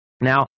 Now